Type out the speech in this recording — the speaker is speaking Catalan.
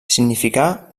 significà